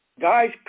Guys